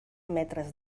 metres